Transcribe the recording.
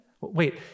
Wait